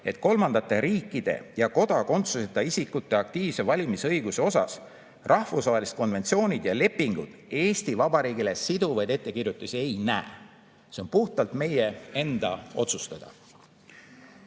et kolmandate riikide [kodanike] ja kodakondsuseta isikute aktiivse valimisõiguse osas rahvusvahelised konventsioonid ja lepingud Eesti Vabariigile siduvaid ettekirjutusi ei tee. See on puhtalt meie enda otsustada.